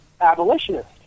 abolitionist